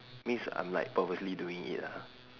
means I'm like purposely doing it ah